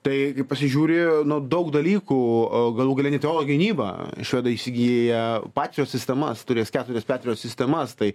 tai kai pasižiūri na daug dalykų o galų gale net oro gynyba švedai įsigyja patriot sistemas turės keturias patriot sistemas tai